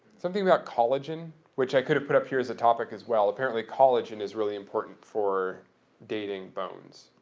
something about collagen, which i could have put up here as a topic as well. apparently, collagen is really important for dating bones.